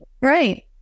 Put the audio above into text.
Right